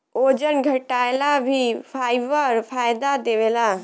ओजन घटाएला भी फाइबर फायदा देवेला